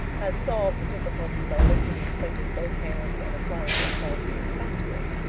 had solved the difficulty by lifting his plate in both hands and applying his small pink tongue to it.